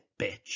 bitch